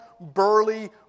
burly